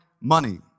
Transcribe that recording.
money